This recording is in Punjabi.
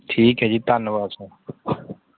ਠੀਕ ਹੈ ਜੀ ਧੰਨਵਾਦ ਸਰ